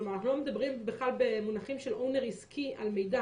לא מדברים בכלל במונחים של בעלות עסקית על מידע.